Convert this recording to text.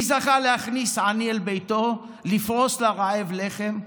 מי זכה להכניס עני אל ביתו, לפרוס לרעב לחם?